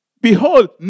Behold